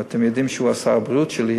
אתם יודעים שהוא שר הבריאות שלי,